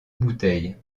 bouteille